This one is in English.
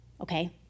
Okay